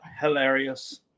hilarious